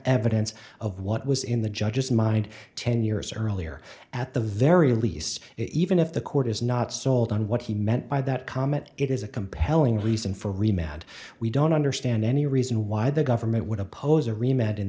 evidence of what was in the judge's mind ten years earlier at the very least it even if the court is not sold on what he meant by that comment it is a compelling reason for remained we don't understand any reason why the government would oppose